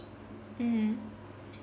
mm